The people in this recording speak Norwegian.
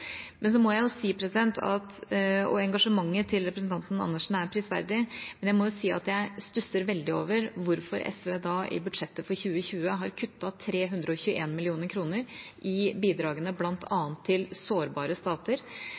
Engasjementet til representanten Andersen er prisverdig – men jeg må si at jeg stusser veldig over hvorfor SV da i budsjettet for 2020 har kuttet 321 mill. kr i bidragene bl.a. til sårbare stater.